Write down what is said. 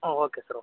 ಹಾಂ okay sir oak